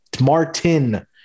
Martin